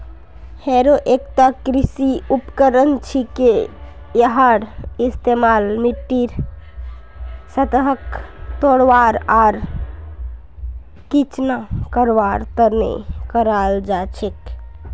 harrow एकता कृषि उपकरण छिके यहार इस्तमाल मिट्टीर सतहक तोड़वार आर चिकना करवार तने कराल जा छेक